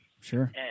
sure